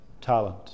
talent